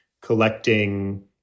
collecting